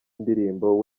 ndirimbo